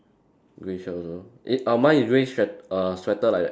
grey shirt also eh uh mine is grey sweat~ err sweater like that